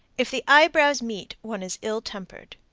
if the eyebrows meet, one is ill-tempered.